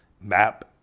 map